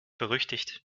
berüchtigt